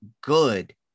good